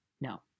No